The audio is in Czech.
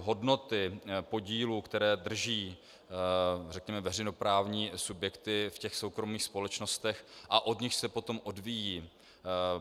Hodnoty podílů, které drží řekněme veřejnoprávní subjekty v soukromých společnostech a od nichž se potom odvíjí